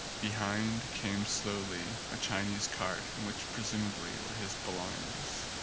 behind came slowly a chinese cart in which presumably were his belong ings.